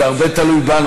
זה הרבה תלוי בנו,